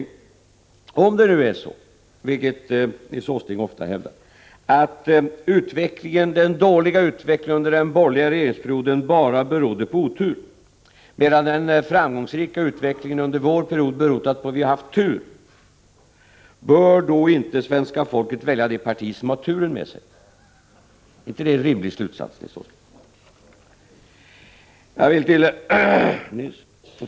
Om det nu är så, vilket Nils Åsling ofta hävdar, att den dåliga utvecklingen under den borgerliga regeringsperioden bara berodde på otur, medan den framgångsrika utvecklingen under vår period berott på att vi har haft tur, bör då inte svenska folket välja det parti som har turen med sig? Är inte det en rimlig slutsats, Nils Åsling?